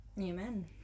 Amen